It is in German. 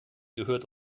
gehört